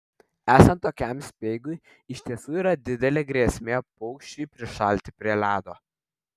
esant tokiam speigui iš tiesų yra didelė grėsmė paukščiui prišalti prie ledo